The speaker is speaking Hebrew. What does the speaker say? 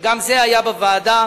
התברר בוועדה